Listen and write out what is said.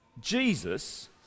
Jesus